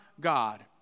God